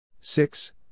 six